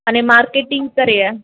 અને માર્કેટિંગ કરીએ